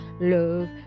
love